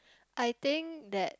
I think that